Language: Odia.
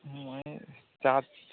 ମୁଁ ଏଇନେ ଚା